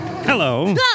Hello